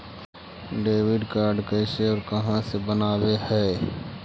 Debit card कैसे और कहां से बनाबे है?